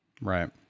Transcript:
Right